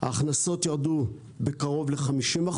ההכנסות ירדו בקרוב ל-50%,